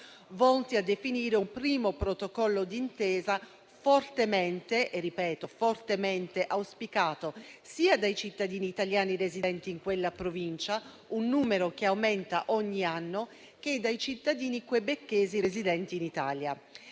volti a definire un primo protocollo d'intesa fortemente - ripeto, fortemente - auspicato sia dai cittadini italiani residenti in quella Provincia (un numero che aumenta ogni anno), che dai cittadini quebecchesi residenti in Italia.